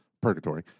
purgatory